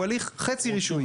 הוא הליך חצי רישויי.